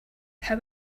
how